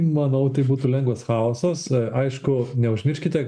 manau tai būtų lengvas chaosas aišku neužmirškite